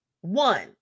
One